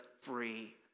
free